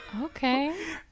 Okay